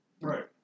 Right